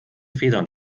federn